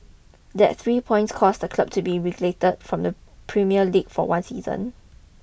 that three points caused the club to be relegated from the Premier League for one season